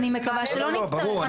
אני מקווה שלא נצטרך.